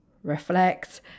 reflect